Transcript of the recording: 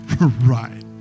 Right